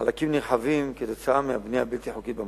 חלקים נרחבים כתוצאה מהבנייה הבלתי חוקית במקום.